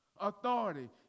authority